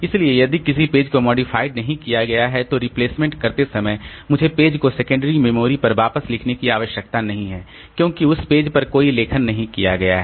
इसलिए यदि किसी पेज को मॉडिफाइड नहीं किया गया है तो रिप्लेसमेंट करते समय मुझे पेज को सेकेंडरी मेमोरी पर वापस लिखने की आवश्यकता नहीं है क्योंकि उस पेज पर कोई लेखन नहीं किया गया है